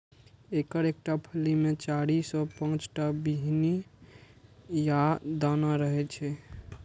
एकर एकटा फली मे चारि सं पांच टा बीहनि या दाना रहै छै